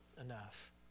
enough